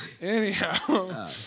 anyhow